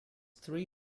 three